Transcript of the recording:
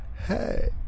Hey